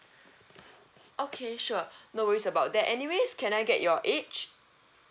okay sure no worries about that anyways can I get your age